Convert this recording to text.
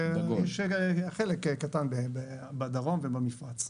וחלק קטן בדרום ובמפרץ.